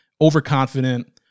overconfident